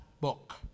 book